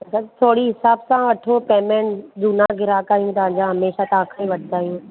त थोरी हिसाब सां वठो पेमेंट झूना ग्राहक आहियूं तव्हांजा हमेशह तव्हां खां ई वठंदा आहियूं